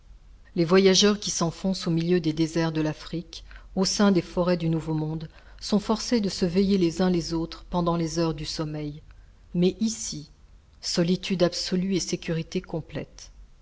les voyageurs qui s'enfoncent au milieu des déserts de l'afrique au sein des forêts du nouveau monde sont forcés de se veiller les uns les autres pendant les heures du sommeil mais ici solitude absolue et sécurité complète